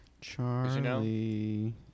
Charlie